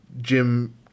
Jim